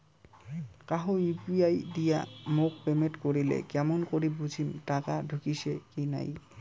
কাহো ইউ.পি.আই দিয়া মোক পেমেন্ট করিলে কেমন করি বুঝিম টাকা ঢুকিসে কি নাই?